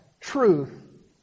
truth